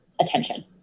attention